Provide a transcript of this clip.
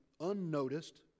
unnoticed